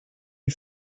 you